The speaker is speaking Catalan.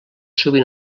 sovint